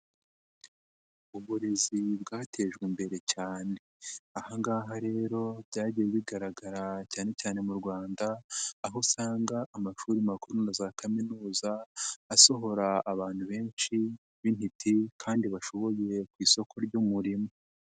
Uburezi bwatejwe imbere cyane ahangaha rero byagiye bigaragara cyane cyane mu Rwanda aho usanga amashuri makuru na za kaminuza asohora abantu benshi b'intiti kandi bashoboye ku isoko ry'umurimo.